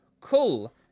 Cool